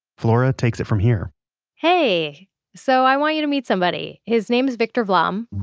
flora takes it from here hey so i want you to meet somebody, his name is victor vlam